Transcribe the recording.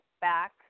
back